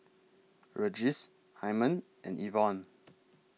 Regis Hymen and Ivonne